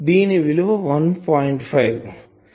దీని విలువ 1